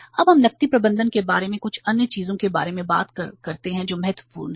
अब हम नकदी प्रबंधन के बारे में कुछ अन्य चीजों के बारे में बात करते हैं जो महत्वपूर्ण हैं